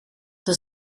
dan